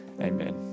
amen